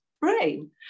brain